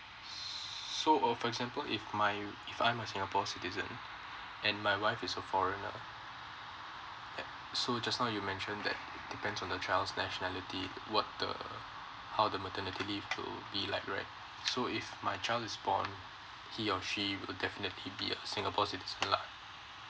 so uh for example if my if I'm a singapore citizen and my wife is a foreigner so just now you mentioned that depend on the child nationality what the how the maternity leave to be like rate so if my child is born he or she would definitely be a singapore citizen lah